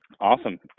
Awesome